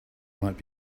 might